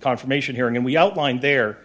confirmation hearing and we outlined there